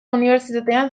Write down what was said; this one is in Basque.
unibertsitatean